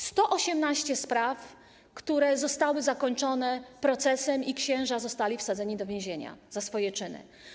118 spraw, które zostały zakończone procesem - księża zostali wsadzeni do więzienia za swoje czyny.